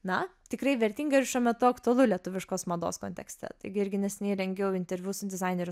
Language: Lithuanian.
na tikrai vertinga ir šiuo metu aktualu lietuviškos mados kontekste taigi irgi neseniai rengiau interviu su dizaineriu